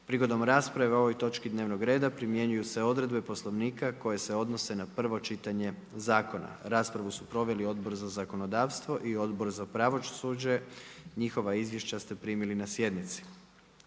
Prigodom rasprave o ovoj točki dnevnog reda primjenjuju se odredbe Poslovnika koje se odnose na prvo čitanje zakona. Raspravu su proveli Odbor za zakonodavstvo i Odbor za pomorstvo, promet i infrastrukturu a izvješća ste primili na sjednici.